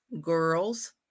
girls